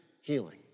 healing